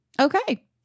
okay